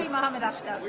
mohammad asghar.